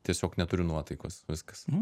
tiesiog neturiu nuotaikos viskas